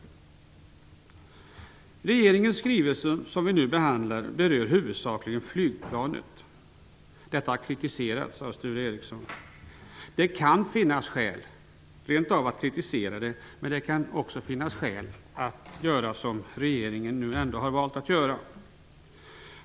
Regeringens skrivelse, som vi nu behandlar, berör huvudsakligen flygplanet. Detta har kritiserats av Sture Ericson. Det kan rent av finnas skäl att kritisera, men det kan också finnas skäl att göra som regeringen har valt att göra.